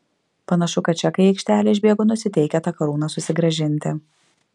panašu kad čekai į aikštelę išbėgo nusiteikę tą karūną susigrąžinti